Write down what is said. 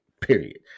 period